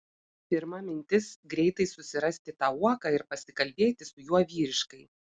pirma mintis greitai susirasti tą uoką ir pasikalbėti su juo vyriškai